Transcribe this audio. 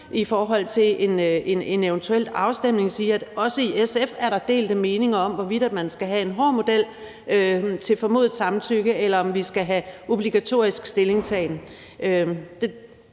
i forhold til en eventuel afstemning, sige, at også i SF er der delte meninger, med hensyn til om vi skal have en hård model med formodet samtykke, eller om vi skal have obligatorisk stillingtagen.